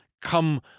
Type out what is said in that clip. come